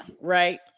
right